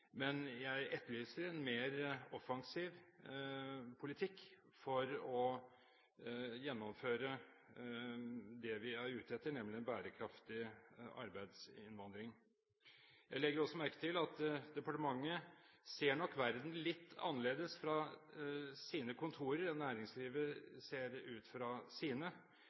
men jeg etterlyser en mer offensiv politikk for å gjennomføre det vi er ute etter, nemlig en bærekraftig arbeidsinnvandring. Jeg legger også merke til at departementet ser nok verden litt annerledes fra sine kontorer enn næringslivet ser den ut fra sine,